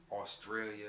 Australia